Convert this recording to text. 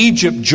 Egypt